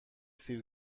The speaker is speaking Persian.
سیب